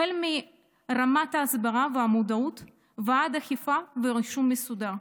החל ברמת ההסברה והמודעות ועד אכיפה ורישום מסודר,